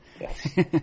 Yes